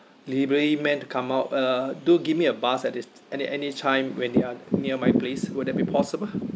delivery man to come up uh do give me a buzz at this any any time when they are near my place would that be possible